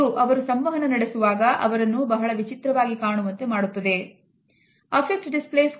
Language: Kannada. Affect displays ಕೂಡ ಒಂದು ರೀತಿಯ Illustrator ಗಳೇ ಆಗಿವೆ